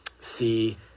see